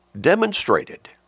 demonstrated